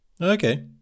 Okay